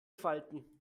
falten